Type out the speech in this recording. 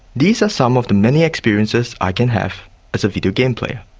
these are some of the many experiences i can have as a videogame player.